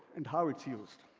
and how it's used.